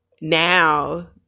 now